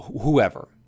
whoever